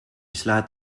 slaat